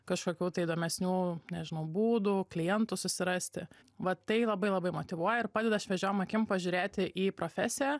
kažkokių įdomesnių nežinau būdų klientų susirasti vat tai labai labai motyvuoja ir padeda šviežiom akim pažiūrėti į profesiją